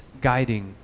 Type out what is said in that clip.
guiding